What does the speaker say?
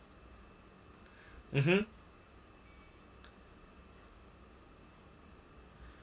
mmhmm